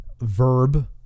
verb